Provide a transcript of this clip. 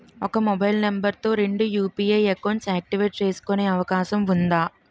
ఒక mobile number తో రెండు యు.పి.ఐ అకౌంట్స్ యాక్టివేట్ చేసుకునే అవకాశం వుందా?